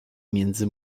między